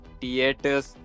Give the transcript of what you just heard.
theaters